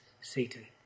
Satan